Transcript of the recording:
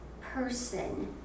person